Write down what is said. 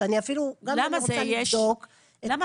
כשאפילו גם אם אני רוצה לבדוק --- למה,